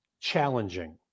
challenging